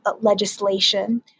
legislation